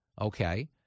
Okay